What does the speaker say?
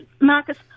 Marcus